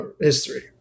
history